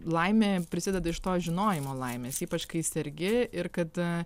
laimė prisideda iš to žinojimo laimės ypač kai sergi ir kada